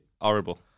Horrible